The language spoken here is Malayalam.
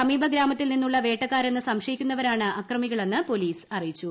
സമീപ ഗ്രാമത്തിൽ നിന്നുള്ള വേട്ടക്കാഉരന്ന് സംശയിക്കുന്നവരാണ് അക്രമികളെന്ന് പോലീസ് അറിയിച്ചു